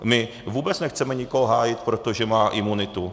My vůbec nechceme nikoho hájit proto, že má imunitu.